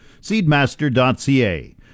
Seedmaster.ca